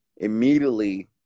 Immediately